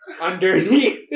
underneath